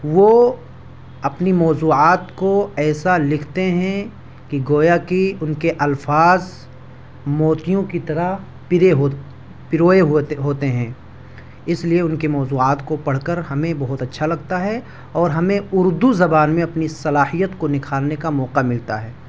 وہ اپنی موضوعات کو ایسا لکھتے ہیں کہ گویا کہ ان کے الفاظ موتیوں کی طرح پرے پروئے ہوتے ہوتے ہیں اس لیے ان کے موضوعات کو پڑھ کر ہمیں بہت اچھا لگتا ہے اور ہمیں اردو زبان میں اپنی صلاحیت کو نکھارنے کا موقعہ ملتا ہے